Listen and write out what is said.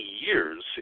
years